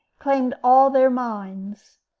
claimed all their minds.